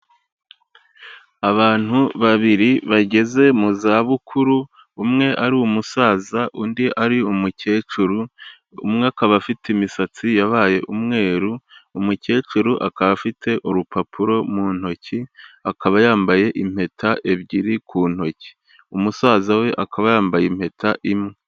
Abantu babiri bageze mu za bukuru umwe ari umusaza undi ari umukecuru, umwe akaba afite imisatsi yabaye umweru, umukecuru akaba afite urupapuro mu ntoki akaba yambaye impeta ebyiri ku ntoki, umusaza we akaba yambaye impeta imwe.